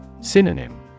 Synonym